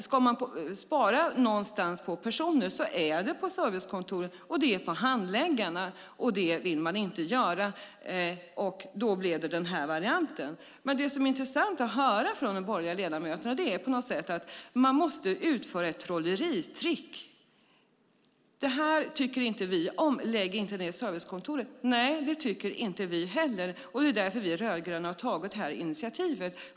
Ska man spara på personer någonstans så är det på servicekontoren, och då är det på handläggarna, och det vill man inte göra. Därför blev det den här varianten. Det som är intressant att höra från de borgerliga ledamöterna är att man måste utföra ett trolleritrick. De säger: Det här tycker inte vi om. Lägg inte ned servicekontoren! Nej, det tycker inte vi heller, och det är därför vi rödgröna har tagit det här initiativet.